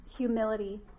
humility